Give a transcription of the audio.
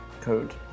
code